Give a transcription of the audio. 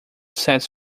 sets